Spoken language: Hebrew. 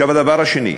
עכשיו, הדבר השני,